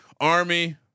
Army